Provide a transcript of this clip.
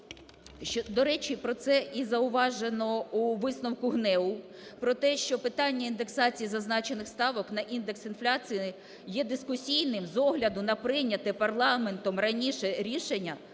до речі, про це і зауважено у висновку ГНЕУ, про те, що питання індексації зазначених ставок на індекс інфляції є дискусійним з огляду на прийняте парламентом раніше рішення